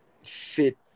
fit